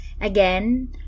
Again